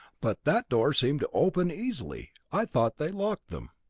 but that door seemed to open easily. i thought they locked them!